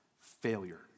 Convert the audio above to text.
failure